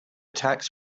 tax